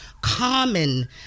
common